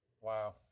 Wow